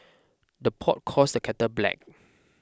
the pot calls the kettle black